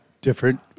different